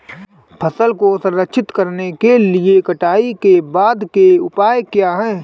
फसल को संरक्षित करने के लिए कटाई के बाद के उपाय क्या हैं?